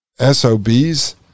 SOBs